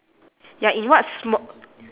ya in what sm~